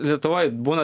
lietuvoj būna